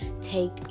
take